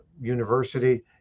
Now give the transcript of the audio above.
university